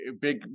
big